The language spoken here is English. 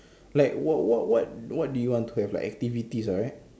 like what what what what do you want to have activities right